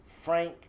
Frank